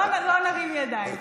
לא נרים ידיים.